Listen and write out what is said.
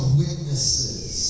witnesses